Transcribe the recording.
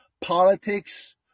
politics